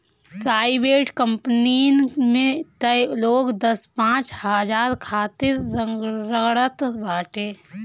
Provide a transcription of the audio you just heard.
private कंपनीन में तअ लोग दस पांच हजार खातिर रगड़त बाटे